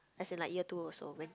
as in like year two or so when